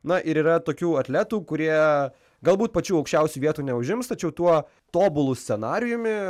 na ir yra tokių atletų kurie galbūt pačių aukščiausių vietų neužims tačiau tuo tobulu scenarijumi